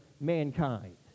mankind